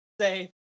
say